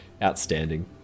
outstanding